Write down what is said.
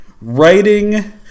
writing